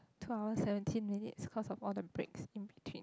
two hours seventeen minutes cause of all the breaks in between